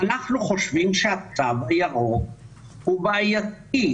אנחנו חושבים שהתו הירוק הוא בעייתי.